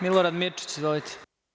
Milorad Mirčić, izvolite.